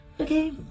Okay